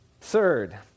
Third